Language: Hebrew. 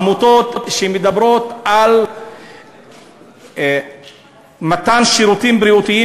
עמותות שמדברות על מתן שירותים בריאותיים,